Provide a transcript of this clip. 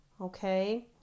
Okay